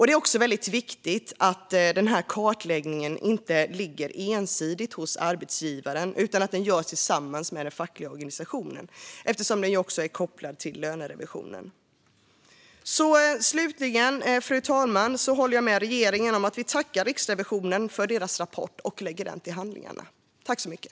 Det är väldigt viktigt att kartläggningen inte ensidigt ligger hos arbetsgivaren utan att den görs tillsammans med den fackliga organisationen, eftersom den också är kopplad lönerevisionen. Slutligen, fru talman, instämmer jag med regeringen som tackar Riksrevisionen för dess rapport och föreslår att den läggs till handlingarna.